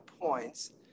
points